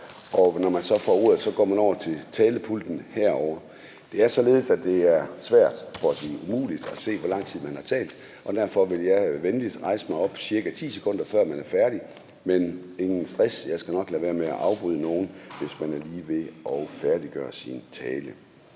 og når man så får ordet, går man over til talerpulten herovre. Det er således, at det er svært, for at sige umuligt, at se, hvor lang tid man har talt, og derfor vil jeg venligst rejse mig op, 10 sekunder før man er færdig, men ingen stress, jeg skal nok lade være med at afbryde nogen, hvis man er lige ved at færdiggøre sin tale.